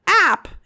app